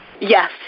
Yes